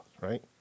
right